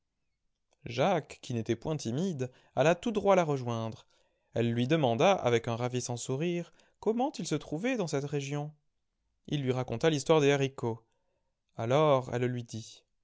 jacques qui n'était point timide alla tout droit la rejoindre elle lui demanda avec un ravissant sourire comment il se trouvait dans cette région il lui raconta l'histoire des haricots alors elle lui dit